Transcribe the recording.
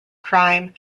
crime